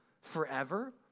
forever